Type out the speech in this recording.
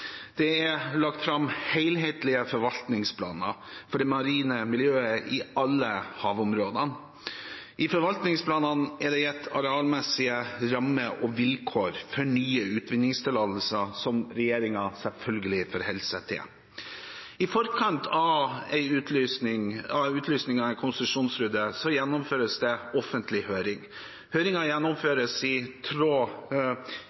Det er lagt fram helhetlige forvaltningsplaner for det marine miljøet i alle havområdene. I forvaltningsplanene er det gitt arealmessige rammer og vilkår for nye utvinningstillatelser, som regjeringen selvfølgelig forholder seg til. I forkant av utlysningen av en konsesjonsrunde gjennomføres det offentlig høring.